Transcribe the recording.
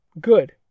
good